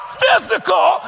physical